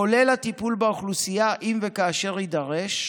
כולל הטיפול באוכלוסייה, אם וכאשר יידרש,